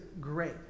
great